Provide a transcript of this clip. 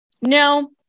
no